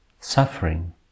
suffering